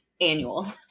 annual